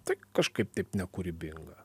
tai kažkaip taip nekūrybinga